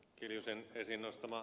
arvoisa puhemies